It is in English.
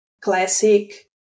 classic